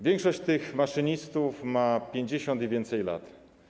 Większość tych maszynistów ma 50 i więcej lat.